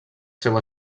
seu